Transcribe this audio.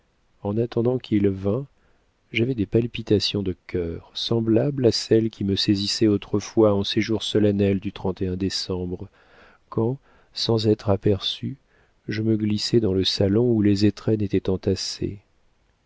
en attendant qu'il vînt j'avais des palpitations de cœur semblables à celles qui me saisissaient autrefois en ces jours solennels du décembre quand sans être aperçue je me glissais dans le salon où les étrennes étaient entassées